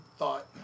thought